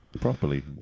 properly